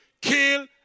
kill